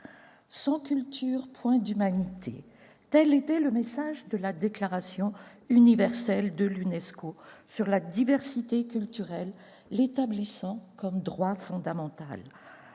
Sans culture, point d'humanité : tel était le message de la déclaration universelle de l'UNESCO sur la diversité culturelle, qui établissait celle-ci comme un droit fondamental.